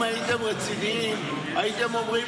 אם הייתם רציניים, הייתם אומרים